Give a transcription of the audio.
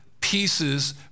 pieces